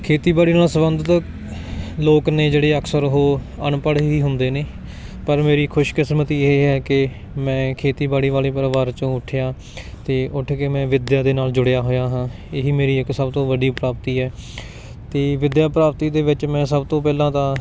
ਖੇਤੀਬਾੜੀ ਨਾਲ ਸੰਬੰਧਿਤ ਲੋਕ ਨੇ ਜਿਹੜੇ ਅਕਸਰ ਉਹ ਅਨਪੜ੍ਹ ਹੀ ਹੁੰਦੇ ਨੇ ਪਰ ਮੇਰੀ ਖੁਸ਼ਕਿਸਮਤੀ ਇਹ ਹੈ ਕਿ ਮੈਂ ਖੇਤੀਬਾੜੀ ਵਾਲੇ ਪਰਿਵਾਰ 'ਚੋਂ ਉੱਠਿਆ ਅਤੇ ਉੱਠ ਕੇ ਮੈਂ ਵਿੱਦਿਆ ਦੇ ਨਾਲ ਜੁੜਿਆ ਹੋਇਆ ਹਾਂ ਇਹ ਹੀ ਮੇਰੀ ਇੱਕ ਸਭ ਤੋਂ ਵੱਡੀ ਪ੍ਰਾਪਤੀ ਹੈ ਅਤੇ ਵਿੱਦਿਆ ਪ੍ਰਾਪਤੀ ਦੇ ਵਿੱਚ ਮੈਂ ਸਭ ਤੋਂ ਪਹਿਲਾਂ ਤਾਂ